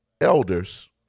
elders